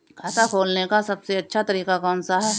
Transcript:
खाता खोलने का सबसे अच्छा तरीका कौन सा है?